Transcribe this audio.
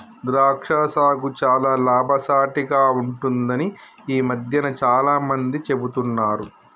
ద్రాక్ష సాగు చాల లాభసాటిగ ఉంటుందని ఈ మధ్యన చాల మంది చెపుతున్నారు